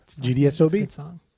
GDSOB